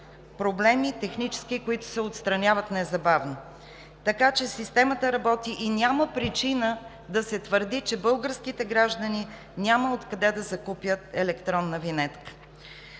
проблеми, които се отстраняват незабавно. Така че системата работи и няма причина да се твърди, че българските граждани няма откъде да закупят електронна винетка.